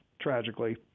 tragically